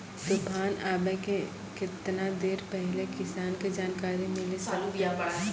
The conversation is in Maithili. तूफान आबय के केतना देर पहिले किसान के जानकारी मिले सकते?